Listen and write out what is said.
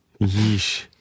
Yeesh